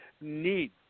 need